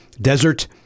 desert